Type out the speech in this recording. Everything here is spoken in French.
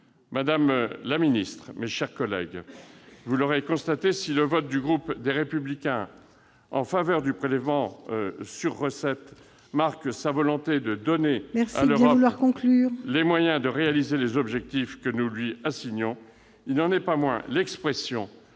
Madame la ministre, mes chers collègues, vous l'aurez constaté, si le vote du groupe Les Républicains en faveur du prélèvement sur recettes marque sa volonté de donner à l'Europe les moyens de réaliser les objectifs que nous lui assignons, il n'en est pas moins l'expression